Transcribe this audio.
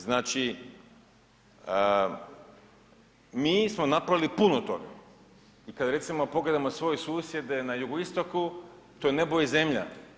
Znači mi smo napravili puno toga i kada recimo pogledamo svoje susjede na jugoistoku to je nebo i zemlja.